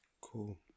cool